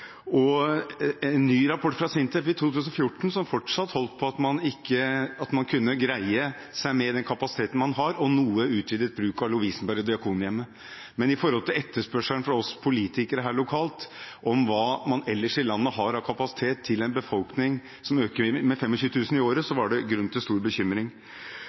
og annen aktivitet der. En ny rapport fra Sintef i 2014 holdt fortsatt på at man kunne greie seg med den kapasiteten man hadde, samt noe utvidet bruk av Lovisenberg og Diakonhjemmet. Men med etterspørselen fra en befolkning som øker med 25 000 i året, i forhold til hva man ellers i landet har av kapasitet, var det grunn til